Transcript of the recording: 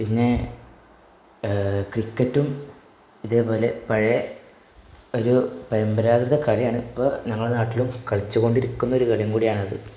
പിന്നെ ക്രിക്കറ്റും ഇതേപോലെ പഴയ ഒരു പരമ്പരാഗത കളിയാണിപ്പോൾ നമ്മുടെ നാട്ടിലും കളിച്ചു കൊണ്ടിരിക്കുന്നൊരു കളിയും കൂടെയാണിത്